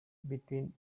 between